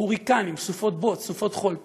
הוריקנים, סופות בוץ, סופות חול.